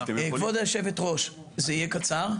כבוד היושבת-ראש, זה יהיה קצר.